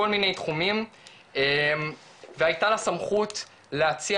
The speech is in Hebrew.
כל מיני תחומים והייתה לה סמכות להציע